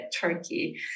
Turkey